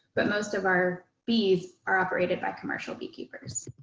but most of our bees are operated by commercial beekeepers.